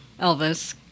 Elvis